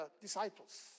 disciples